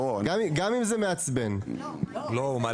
לקוח